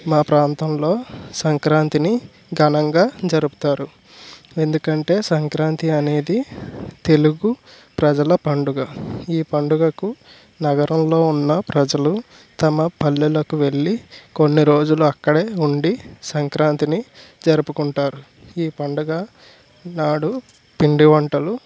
మా ప్రాంతంలో సంక్రాంతిని ఘనంగా జరుపుతారు ఎందుకంటే సంక్రాంతి అనేది తెలుగు ప్రజల పండుగ ఈ పండుగకు నగరంలో ఉన్న ప్రజలు తమ పల్లెలకు వెళ్ళి కొన్ని రోజులు అక్కడే ఉండి సంక్రాంతిని జరుపుకుంటారు ఈ పండుగ నాడు పిండి వంటలు